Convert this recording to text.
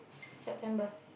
September